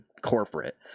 corporate